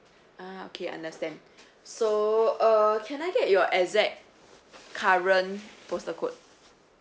ah okay understand so err can I get your exact current postal code